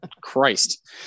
Christ